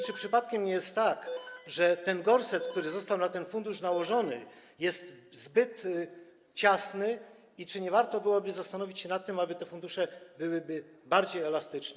Czy przypadkiem nie jest tak, że ten gorset, który został na te fundusze nałożony, jest zbyt ciasny, i czy nie warto byłoby zastanowić się nad tym, aby te fundusze były bardziej elastyczne?